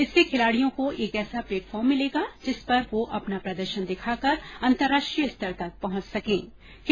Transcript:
इससे खिलाड़ियों को एक ऐसा प्लेटफॉर्म मिलेगा जिस पर वह अपना प्रदर्शन दिखाकर अन्तर्राष्ट्रीय स्तर तक पहंच सकेंगे